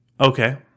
Okay